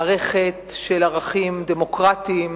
מערכת של ערכים דמוקרטיים,